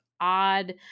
Odd